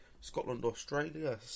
Scotland-Australia